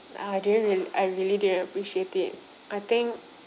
I didn't really I really didn't appreciate it I think